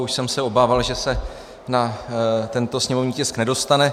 Už jsem se obával, že se na tento sněmovní tisk nedostane.